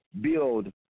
build